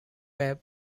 web